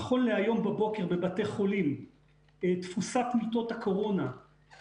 נכון להיום בבוקר בבתי החולים תפוסת מיטות הקורונה,